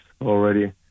already